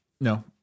no